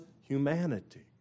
humanity